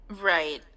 Right